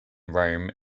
rome